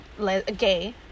gay